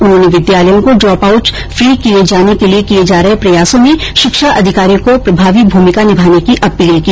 उन्होंने विद्यालयों को ड्रॉप आउट फ्री किए जाने के लिए किए जा रहे प्रयासों में षिक्षा अधिकारियों को प्रभावी भूमिका निभाने की अपील की